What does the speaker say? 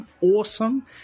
awesome